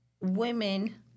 women